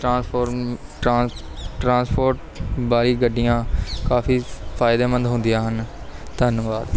transform trans transport by ਗੱਡੀਆਂ ਕਾਫ਼ੀ ਫ਼ਾਇਦੇਮੰਦ ਹੁੰਦੀਆਂ ਹਨ ਧੰਨਵਾਦ